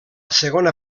segona